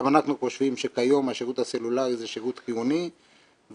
גם אנחנו חושבים שכיום השירות הסלולרי זה שירות חיוני ואפילו